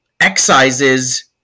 excises